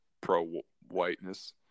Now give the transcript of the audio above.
pro-whiteness